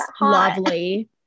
lovely